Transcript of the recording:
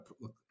look